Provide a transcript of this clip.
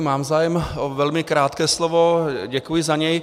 Mám zájem o velmi krátké slovo, děkuji za něj.